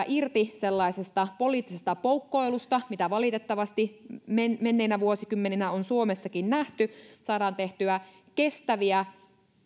irti sellaisesta poliittisesta poukkoilusta mitä valitettavasti menneinä vuosikymmeninä on suomessakin nähty saadaan tehtyä kestäviä